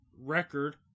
record